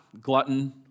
glutton